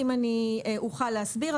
אם אני אוכל להסביר.